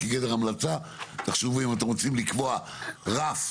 כגדר המלצה תחשבו אם אתם רוצים לקבוע רף.